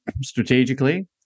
strategically